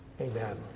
Amen